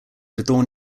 adorn